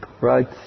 Right